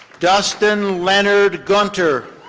dustin leonard gunter.